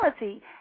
reality